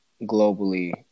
globally